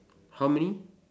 how many